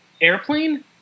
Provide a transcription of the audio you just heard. Airplane